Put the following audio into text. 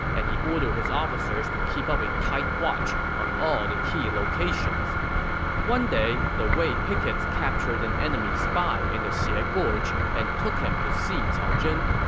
and he ordered his officers to keep up a tight watch on all the key locations one day, the wei pickets captured an enemy spy in the xie ah gorge and took him to see cao zhen.